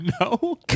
No